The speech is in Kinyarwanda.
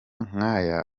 nk’aya